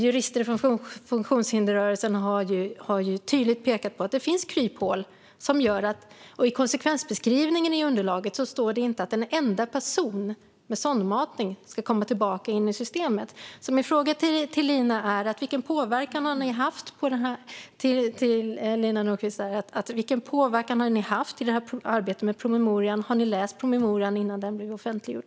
Jurister från funktionshindersrörelsen har tydligt pekat på att det finns kryphål. I konsekvensbeskrivningen i underlaget står det inte att en enda person med sondmatning ska komma tillbaka in i systemet. Min fråga till Lina Nordquist är: Vilken påverkan har ni haft i arbetet med promemorian? Hade ni läst promemorian innan den blev offentliggjord?